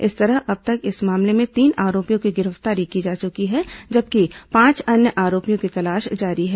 इस तरह अब तक इस मामले में तीन आरोपियों की गिरफ्तारी की जा चुकी है जबकि पांच अन्य आरोपियों की तलाश जारी है